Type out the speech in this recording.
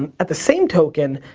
and at the same token,